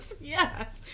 Yes